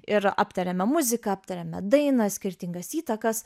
ir aptariame muziką aptariame dainą skirtingas įtakas